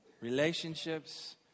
Relationships